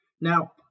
now